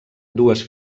dues